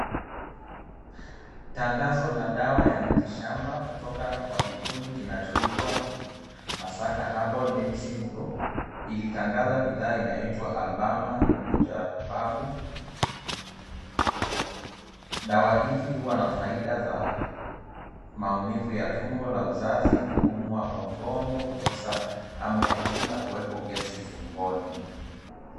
Tangazo la dawa ya miti shamba kutoka kwa kikundi kinachoitwa Ahasaka Herbal Medicine Group, ilitangaza bidhaa inayoitwa Albaa Mujarrabu. Dawa hizi huwa na faida za maumivu ya tumbo la uzazi, kuumwa kwa mgongo, kukosa hamu ya kula, kuwepo gesi tumboni.